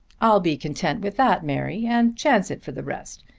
i'll be content with that, mary, and chance it for the rest.